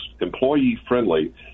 employee-friendly